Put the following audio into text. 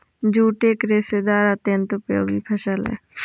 jute एक रेशेदार अत्यन्त उपयोगी फसल है